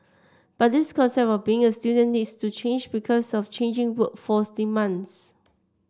but this concept of being a student needs to change because of changing workforce demands